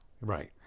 Right